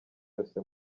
yose